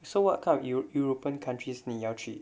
so what kind of european countries 你要去